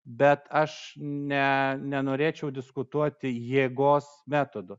bet aš ne nenorėčiau diskutuoti jėgos metodu